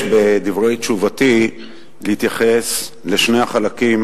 בדברי תשובתי להתייחס לשני החלקים